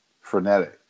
frenetic